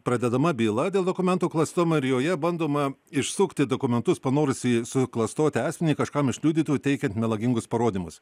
pradedama byla dėl dokumentų klastojimo ir joje bandoma išsukti dokumentus panorusį suklastoti asmenį kažkam iš liudytojų teikiant melagingus parodymus